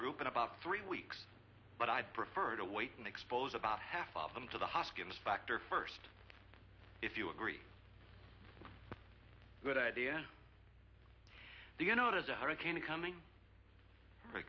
group in about three weeks but i'd prefer to wait and expose about half of them to the hoskins factor first if you agree good idea do you know there's a hurricane coming